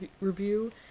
review